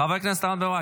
חבר הכנסת רם בן ברק,